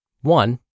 One